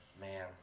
man